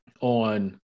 On